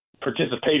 participation